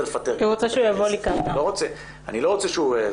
רוצה שאחר כך,